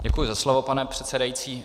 Děkuji za slovo, pane předsedající.